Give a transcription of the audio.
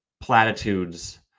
platitudes